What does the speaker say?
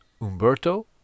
Umberto